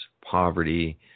poverty